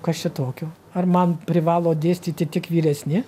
kas čia tokio ar man privalo dėstyti tik vyresni